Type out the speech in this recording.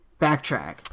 backtrack